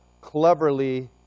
cleverly